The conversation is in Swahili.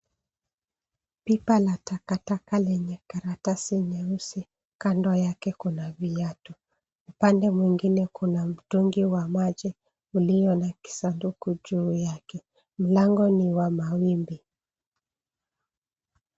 Pipa la takataka lenye karatasi nyeusi, kando yake kuna viatu, upande mwingine kuna mtungi wa maji ulio na kisanduku juu yake. Mlango ni wa mawimbi.